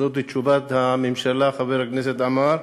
זאת תשובת הממשלה, חבר הכנסת עמאר,